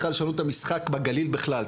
צריכה לשנות אתה משחק בגליל ובכלל,